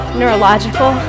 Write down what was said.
neurological